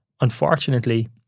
Unfortunately